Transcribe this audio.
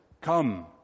come